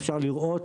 אפשר לראות